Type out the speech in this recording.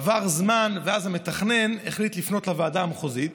עבר זמן, ואז המתכנן החליט לפנות לוועדה המחוזית